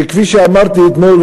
שכפי שאמרתי אתמול,